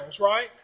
right